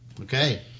Okay